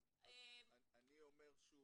אני אומר שוב,